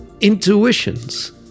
intuitions